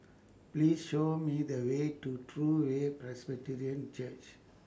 Please Show Me The Way to True Way Presbyterian Church